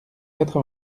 quatre